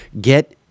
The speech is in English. get